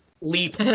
leap